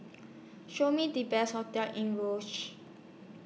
Show Me The Best hotels in Roseau